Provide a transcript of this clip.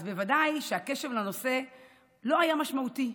אז ודאי שהקשב לנושא לא היה משמעותי.